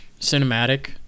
Cinematic